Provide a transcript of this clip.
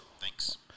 Thanks